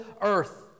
earth